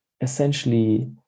essentially